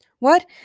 What